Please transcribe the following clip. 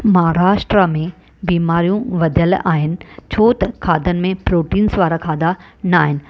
महाराष्ट्रा में बीमारियूं वधियल आहिनि छो त खाधनि में प्रॉटींस वारा खाधा नाहिनि